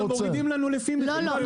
דוד, הם מורידים לנו לפי מחיר עלות.